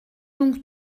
donc